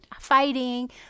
fighting